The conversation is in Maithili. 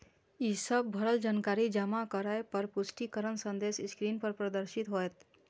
ई सब भरल जानकारी जमा करै पर पुष्टिकरण संदेश स्क्रीन पर प्रदर्शित होयत